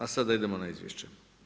A sada idemo na izvješće.